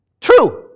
True